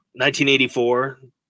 1984